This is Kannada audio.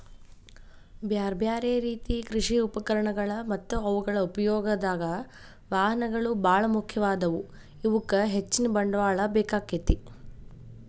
ಬ್ಯಾರ್ಬ್ಯಾರೇ ರೇತಿ ಕೃಷಿ ಉಪಕರಣಗಳು ಮತ್ತ ಅವುಗಳ ಉಪಯೋಗದಾಗ, ವಾಹನಗಳು ಬಾಳ ಮುಖ್ಯವಾದವು, ಇವಕ್ಕ ಹೆಚ್ಚಿನ ಬಂಡವಾಳ ಬೇಕಾಕ್ಕೆತಿ